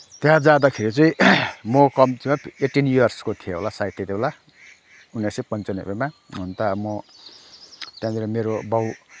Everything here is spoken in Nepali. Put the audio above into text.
त्यहाँ जाँदाखेरि चाहिँ म कमसेकम एटिन इयर्सको थिएँ होला सायद त्यतिबेला उन्नाइस सय पन्चानब्बेमा अन्त म त्यहाँनिर मेरो बाउ